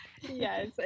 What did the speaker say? yes